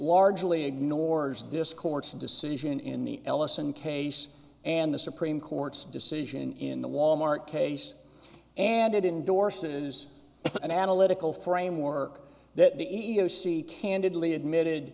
largely ignores discourse decision in the ellison case and the supreme court's decision in the wal mart case and it in dorset is an analytical framework that the e e o c candidly admitted